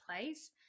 place